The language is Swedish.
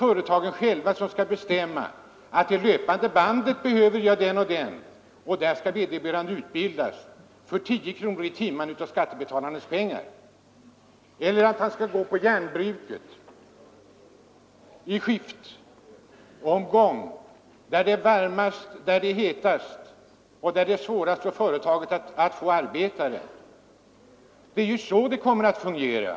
Företagen skall inte själva få bestämma att det löpande bandet behöver en viss arbetare och att han därför skall utbildas där för 10 kronor i timmen av skattebetalarnas pengar, eller att han skall gå på järnbruket i skift där det är allra hetast och där det är svårast för företaget att få arbetare, men det är ju så det kommer att fungera.